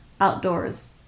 outdoors